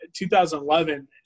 2011